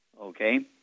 okay